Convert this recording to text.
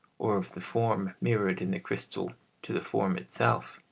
or of the form mirrored in the crystal to the form itself